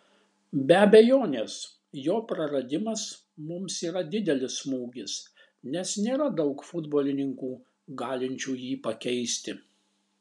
be abejonės jo praradimas mums yra didelis smūgis nes nėra daug futbolininkų galinčių jį pakeisti